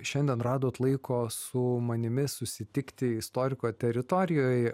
šiandien radot laiko su manimi susitikti istoriko teritorijoj